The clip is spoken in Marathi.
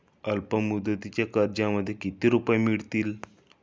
अल्पमुदतीच्या कर्जामध्ये किती रुपये मिळतील?